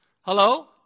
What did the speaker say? Hello